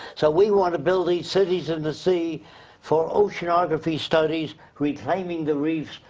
so we wanna build these cities in the sea for oceanography studies, reclaiming the reefs,